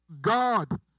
God